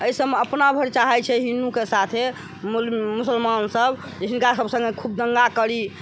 एहिसब मे अपना भरि चाहै छै हिन्दू के साथे मुसलमान सब जे हिनका सब संगे खूब दंगा करी